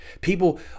People